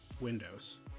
Windows